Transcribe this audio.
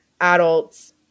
adults